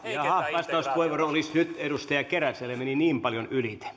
vastauspuheenvuoro olisi nyt edustaja keräsellä meni niin paljon yli